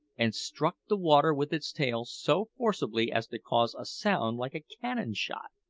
and struck the water with its tail so forcibly as to cause a sound like a cannon-shot.